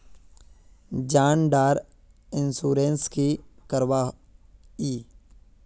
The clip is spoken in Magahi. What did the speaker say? जान डार इंश्योरेंस की करवा ई?